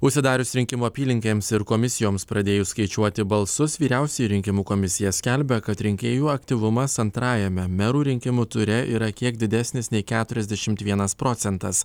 užsidarius rinkimų apylinkėms ir komisijoms pradėjus skaičiuoti balsus vyriausioji rinkimų komisija skelbia kad rinkėjų aktyvumas antrajame merų rinkimų ture yra kiek didesnis nei keturiasdešimt vienas procentas